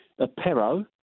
apero